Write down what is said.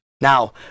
Now